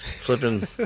flipping